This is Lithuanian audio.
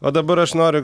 o dabar aš noriu